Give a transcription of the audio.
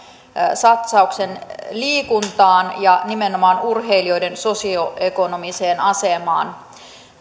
satsauksen liikuntaan ja nimenomaan urheilijoiden sosioekonomiseen asemaan